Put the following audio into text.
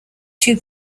too